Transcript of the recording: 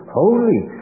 holy